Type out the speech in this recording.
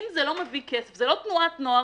אם זה לא מביא כסף זה לא תנועת נוער,